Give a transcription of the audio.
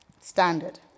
standard